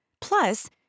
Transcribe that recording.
Plus